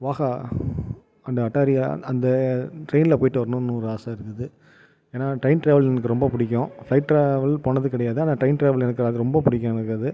Wagah and Attaria அந்த ட்ரெயினில் போயிட்டு வரணுன்னு ஒரு ஆசை இருக்குது ஏன்னால் ட்ரெயின் ட்ராவல் எனக்கு ரொம்ப பிடிக்கும் ஃபிளைட் ட்ராவல் போனது கிடையாது ஆனால் ட்ரெயின் ட்ராவல் எனக்கு அது ரொம்ப பிடிக்கும் எனக்கு அது